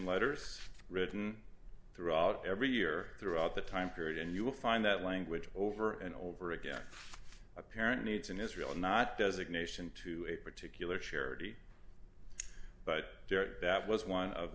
letters written throughout every year throughout the time period and you will find that language over and over again apparent needs in israel not designation to a particular charity but that was one of